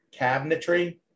cabinetry